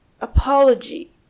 apology